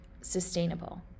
sustainable